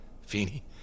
Feeney